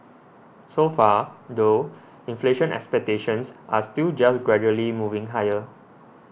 so far though inflation expectations are still just gradually moving higher